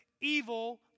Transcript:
evil